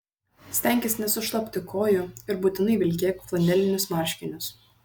stenkis nesušlapti kojų ir būtinai vilkėk flanelinius marškinius